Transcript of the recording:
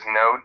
no